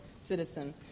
citizen